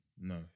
No